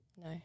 No